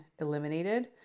eliminated